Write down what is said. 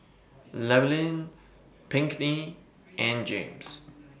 Llewellyn Pinkney and James